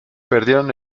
perdieron